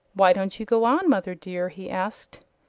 why don't you go on, mother dear? he asked.